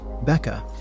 Becca